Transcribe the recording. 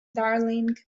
darling